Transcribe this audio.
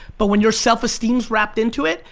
but when your self esteem's wrapped into it,